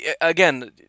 again